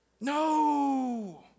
No